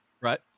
Right